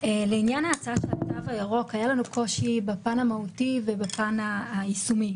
לעניין ההצעה של התו הירוק היה לנו קושי בפן המהותי ובפן היישומי